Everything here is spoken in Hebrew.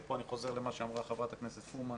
וכמו שאמרה חברת הכנסת פרומן,